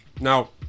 Now